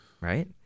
Right